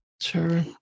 Sure